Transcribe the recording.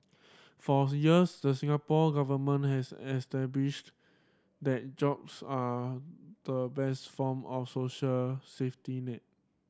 for the years the Singapore Government has that jobs are the best form of social safety net